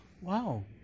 Wow